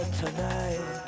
tonight